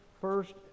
first